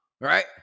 right